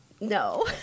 No